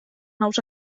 nous